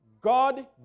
God